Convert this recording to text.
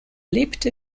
lebte